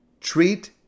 treat